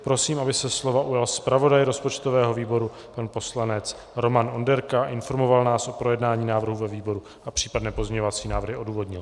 Prosím, aby se slova ujal zpravodaj rozpočtového výboru pan poslanec Roman Onderka a informoval nás o projednání návrhu ve výboru a případné pozměňovací návrhy odůvodnil.